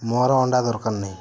ମୋର ଅଣ୍ଡା ଦରକାର ନାହିଁ